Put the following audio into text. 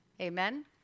Amen